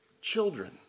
children